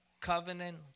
covenant